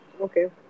Okay